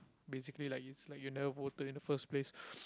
basically like it's like you never voted in the first place